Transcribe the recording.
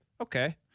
okay